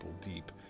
deep